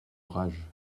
rage